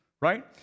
right